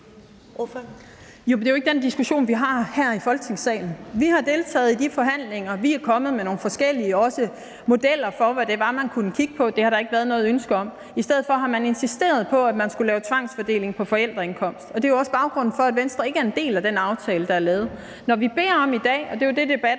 Det er jo ikke den diskussion, vi har her i Folketingssalen. Vi har deltaget i de forhandlinger, og vi er også kommet med nogle forskellige modeller for, hvad det var, man kunne kigge på, og det har der ikke været noget ønske om at se på. I stedet for har man insisteret på, at man skulle lave en tvangsfordeling ud fra forældreindkomsten, og det er jo også baggrunden for, at Venstre ikke er en del af den aftale, der er lavet. Når vi i dag beder om at få delt